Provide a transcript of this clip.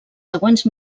següents